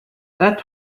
that